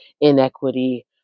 inequity